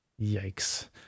Yikes